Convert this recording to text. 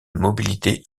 mobilité